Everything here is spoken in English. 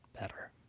better